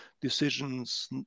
decisions